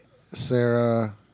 Sarah